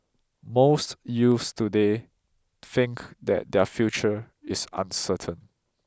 most youths today think that their future is uncertain